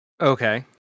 Okay